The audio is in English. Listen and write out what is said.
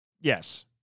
Yes